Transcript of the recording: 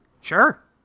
sure